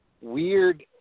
weird